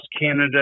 Canada